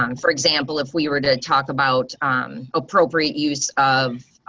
um for example, if we were to talk about appropriate use of